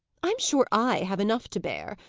i'm sure i have enough to bear!